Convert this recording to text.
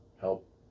help